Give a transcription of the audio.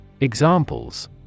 Examples